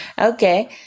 Okay